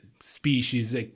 species